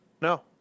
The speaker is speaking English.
no